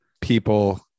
people